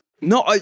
No